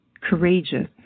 courageous